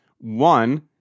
One